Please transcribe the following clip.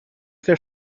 their